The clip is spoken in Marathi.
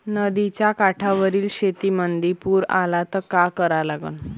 नदीच्या काठावरील शेतीमंदी पूर आला त का करा लागन?